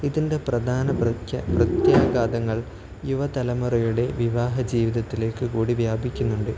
ഇതിൻ്റെ പ്രധാന പ്രത്യാഘാതങ്ങൾ യുവതലമുറയുടെ വിവാഹ ജീവിതത്തിലേക്ക് കൂടി വ്യാപിക്കുന്നുണ്ട്